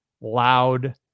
loud